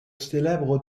célèbre